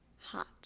Hot